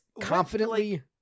confidently